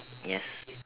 yes